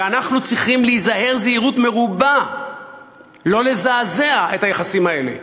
אנחנו צריכים להיזהר זהירות מרובה לא לזעזע את היחסים האלה: